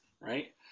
right